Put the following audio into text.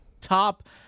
top